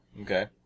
Okay